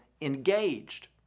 engaged